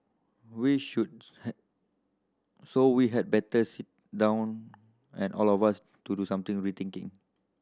we should had so we had better sit down and all of us to do something rethinking